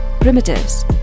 primitives